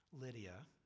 Lydia